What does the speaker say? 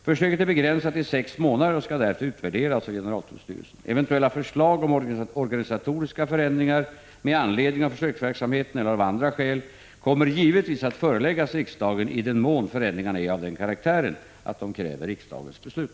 Försöket är begränsat till sex månader och skall därefter utvärderas av generaltullstyrelsen. Eventuella förslag om organisatoriska förändringar med anledning av försöksverksamheten, eller av andra skäl, kommer givetvis att föreläggas riksdagen i den mån förändringarna är av den karaktären att de kräver riksdagens beslut.